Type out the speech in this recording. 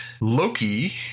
loki